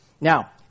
Now